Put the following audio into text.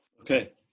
okay